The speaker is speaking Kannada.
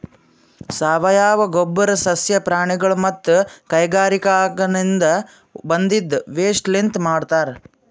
ಸಾವಯವ ಗೊಬ್ಬರ್ ಸಸ್ಯ ಪ್ರಾಣಿಗೊಳ್ ಮತ್ತ್ ಕೈಗಾರಿಕಾದಿನ್ದ ಬಂದಿದ್ ವೇಸ್ಟ್ ಲಿಂತ್ ಮಾಡಿರ್ತರ್